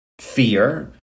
Fear